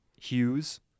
hues